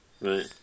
Right